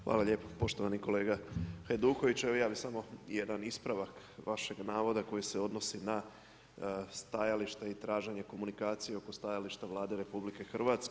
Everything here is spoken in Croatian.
Hvala lijepo poštovani kolega Hajduković, evo ja bi samo jedan ispravak vašeg navoda koji se odnosi na stajalište i traženje komunikacije oko stajališta Vlade RH.